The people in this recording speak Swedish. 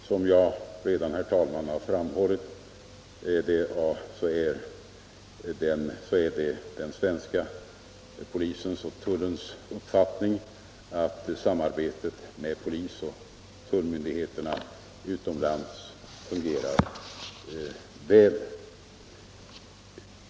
Som jag redan har framhållit är det den svenska polisens och tullens uppfattning att samarbetet med polisoch tullmyndigheterna utomlands fungerar väl.